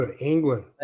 England